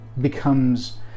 becomes